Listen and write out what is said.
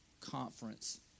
conference